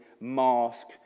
mask